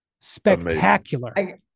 spectacular